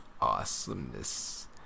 awesomeness